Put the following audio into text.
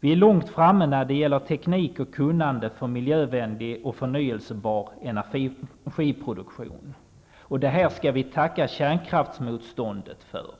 Vi är långt framme när det gäller teknik och kunnande om miljövänlig och förnybar energiproduktion. Det skall vi tacka kärnkraftsmotståndet för.